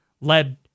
led